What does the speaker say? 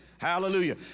hallelujah